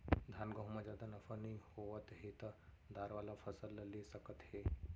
धान, गहूँ म जादा नफा नइ होवत हे त दार वाला फसल ल ले सकत हे